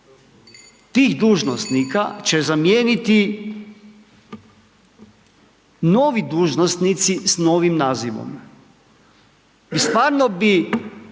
tih dužnosnika će zamijeniti novi dužnosnici sa novim nazivom. Jer stvarno bi,